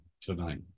tonight